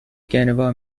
گنوا